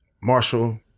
Marshall